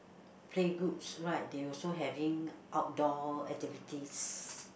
playgroups right they also having outdoor activities